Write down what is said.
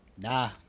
Nah